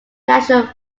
national